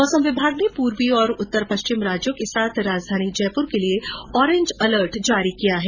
मौसम विभाग ने पूर्वी और उत्तर पश्चिम राज्यों के साथ राजधानी जयपुर के लिये ऑरेंज अलर्ट जारी किया है